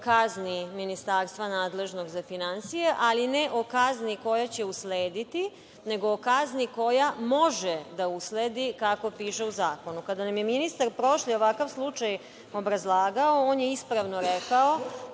o kazni ministarstva nadležnog za finansije, ali ne o kazni koja će uslediti nego o kazni koja može da usledi, kako piše u zakonu. Kada nam je ministar prošli ovakav slučaj obrazlagao on je ispravno rekao